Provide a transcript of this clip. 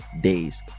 days